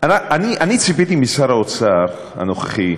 אני ציפיתי משר האוצר הנוכחי,